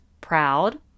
proud